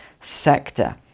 sector